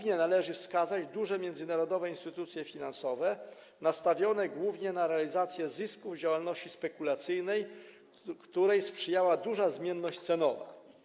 Należy wskazać głównie duże międzynarodowe instytucje finansowe nastawione przede wszystkim na realizację zysków z działalności spekulacyjnej, której sprzyjała duża zmienność cenowa.